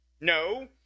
No